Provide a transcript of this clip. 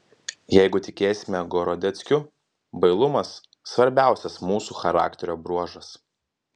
jeigu tikėsime gorodeckiu bailumas svarbiausias mūsų charakterio bruožas